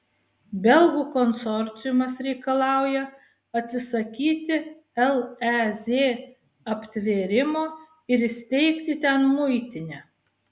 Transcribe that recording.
belgų konsorciumas reikalauja atsisakyti lez aptvėrimo ir įsteigti ten muitinę